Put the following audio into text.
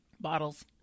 Bottles